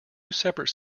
separate